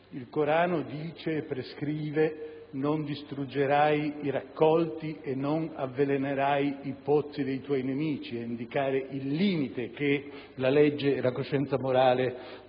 il Corano prescrive: non distruggerai i raccolti e non avvelenerai i pozzi dei tuoi nemici; ciò a indicare il limite che la legge e la coscienza morale devono